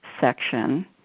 section